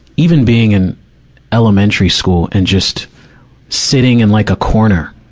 even being in elementary school, and just sitting in like a corner,